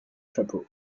chapeau